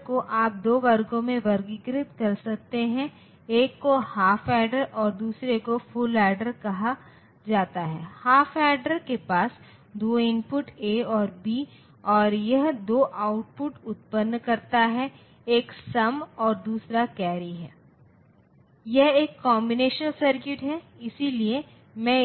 का प्रतिनिधित्व करने का प्रयास करते हैं तो हम जो करेंगे वह यह है कि हम इस माइनस को लेंगे फिर कॉम्प्लीमेंट करेंगे इसलिए मुझे यह मिलेगा